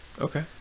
Okay